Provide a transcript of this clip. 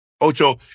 Ocho